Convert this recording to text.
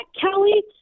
Kelly